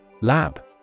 Lab